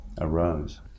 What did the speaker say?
arose